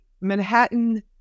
Manhattan